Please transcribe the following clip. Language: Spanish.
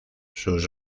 sus